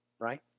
right